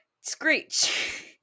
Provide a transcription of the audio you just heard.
screech